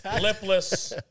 lipless